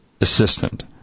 assistant